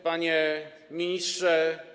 Panie Ministrze!